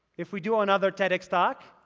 if we do another tedx talk,